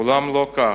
ואולם, לא כך.